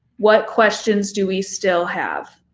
what questions do we still have?